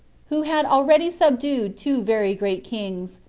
who had already subdued two very great kings,